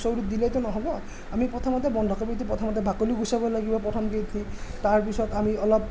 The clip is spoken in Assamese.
চৰুত দিলেইটো নহ'ব আমি প্ৰথমতে বন্ধাকবিটো প্ৰথমতে বাকলি গুচাব লাগিব প্ৰথমকে তাৰপিছত আমি অলপ